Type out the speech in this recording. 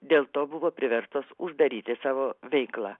dėl to buvo priverstos uždaryti savo veiklą